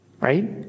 right